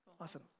awesome